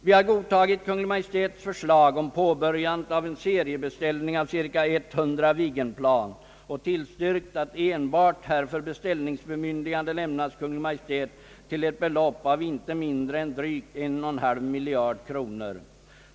Vi har godtagit Kungl. Maj:ts förslag om påbörjandet av en seriebeställning av cirka 100 Viggenplan och tillstyrkt att enbart härför beställningsbemyndigande lämnas Kungl. Maj:t till ett belopp av inte mindre än drygt 1,5 miljard kronor.